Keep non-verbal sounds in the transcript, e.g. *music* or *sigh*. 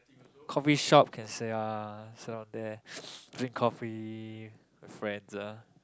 coffeeshop uh can sit down sit down there *breath* drink coffee friends ah